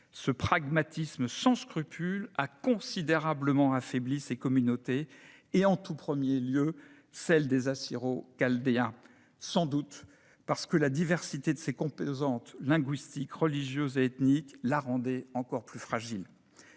Ce pragmatisme sans scrupule a considérablement affaibli ces communautés et en tout premier lieu celle des Assyro-Chaldéens, sans doute parce que la diversité de ses composantes, linguistiques, religieuses et ethniques la rendait encore plus fragile.